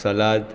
salad